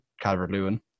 Calvert-Lewin